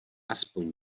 aspoň